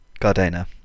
gardena